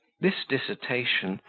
this dissertation,